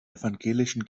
evangelischen